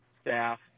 staff